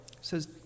says